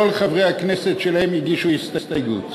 כל חברי הכנסת שלה הגישו הסתייגות.